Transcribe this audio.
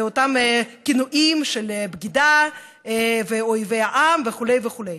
לאותם כינויים של בגידה ואויב העם וכו' וכו'.